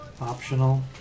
Optional